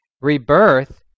rebirth